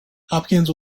hopkins